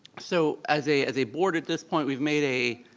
so as a as a board at this point, we've made a,